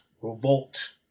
revolt